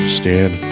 stand